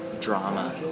drama